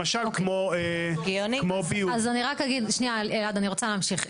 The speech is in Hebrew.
אז אני רק אגיד שנייה, אלעד, אני רוצה להמשיך.